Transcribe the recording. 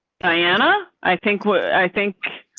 diana, i think what i think.